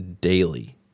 daily